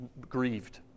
grieved